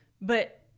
But-